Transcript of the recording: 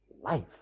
Life